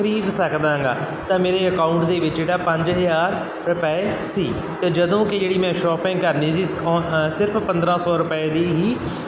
ਖਰੀਦ ਸਕਦਾ ਗਾ ਤਾਂ ਮੇਰੇ ਅਕਾਊਂਟ ਦੇ ਵਿੱਚ ਜਿਹੜਾ ਪੰਜ ਹਜ਼ਾਰ ਰੁਪਏ ਸੀ ਅਤੇ ਜਦੋਂ ਕਿ ਜਿਹੜੀ ਮੈਂ ਸ਼ੌਪਿੰਗ ਕਰਨੀ ਸੀ ਔ ਅ ਸਿਰਫ ਪੰਦਰ੍ਹਾਂ ਸੌ ਰੁਪਏ ਦੀ ਹੀ